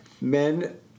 Men